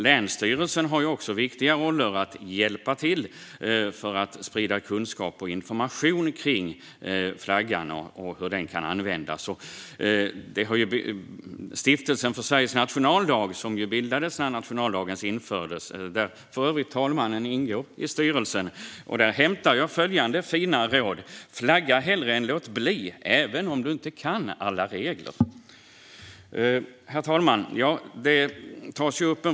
Länsstyrelserna har en viktig roll för att hjälpa till att sprida kunskap och information om flaggan och hur den kan användas. Från Stiftelsen Sveriges Nationaldag, som bildades när nationaldagen infördes och där för övrigt talmannen ingår i styrelsen, hämtar jag följande fina råd: Flagga hellre än låt bli, även om du inte kan alla regler. Herr talman!